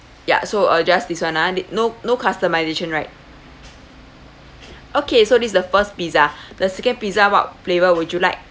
ya so uh just this [one] ah no no customisation right okay so this the first pizza the second pizza what flavour would you like